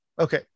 Okay